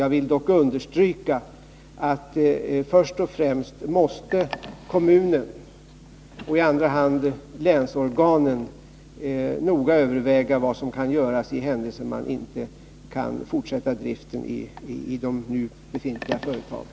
Jag vill dock understryka att det i första hand är kommunen och i andra hand länsorganen som noga måste överväga vad som kan göras för den händelse driften inte kan fortsätta vid de nu befintliga företagen.